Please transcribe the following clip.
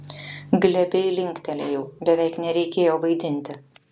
glebiai linktelėjau beveik nereikėjo vaidinti